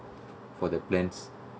for the plan